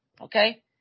Okay